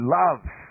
loves